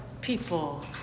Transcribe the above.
people